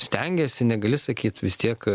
stengiasi negali sakyt vis tiek